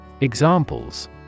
Examples